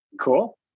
cool